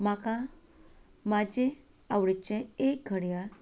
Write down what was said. म्हाका म्हाजे आवडीचें एक घडयाळ